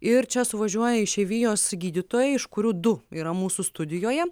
ir čia suvažiuoja išeivijos gydytojai iš kurių du yra mūsų studijoje